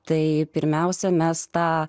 tai pirmiausia mes tą